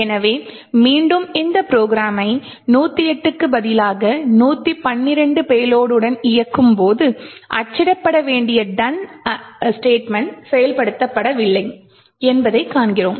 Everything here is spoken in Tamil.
எனவே மீண்டும் இந்த ப்ரோக்ராம்மை 108 க்கு பதிலாக 112 பேலோடுடன் இயக்கும்போது அச்சிடப்பட வேண்டிய "done" அறிக்கை செயல்படுத்தப்படவில்லை என்பதைக் காண்போம்